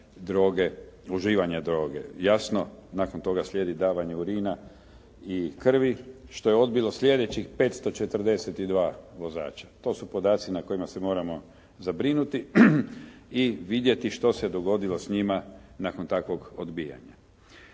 uživanja droge. Jasno, nakon toga slijedi davanje urina i krvi što je odbilo slijedećih 542 vozača. To su podaci na kojima se moramo zabrinuti i vidjeti što se dogodilo s njima nakon takvog odbijanja.